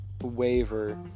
waver